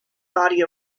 body